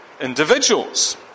individuals